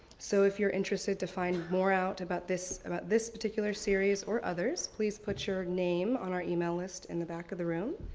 so, if you're interested to find more out about this about this particular series or others, please put your name on our email list in the back of the room.